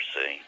seen